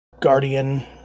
guardian